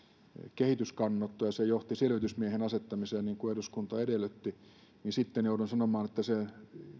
kehitys kannanotto ja se johti selvitysmiehen asettamiseen niin kuin eduskunta edellytti niin sitten joudun sanomaan että se